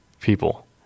people